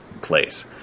place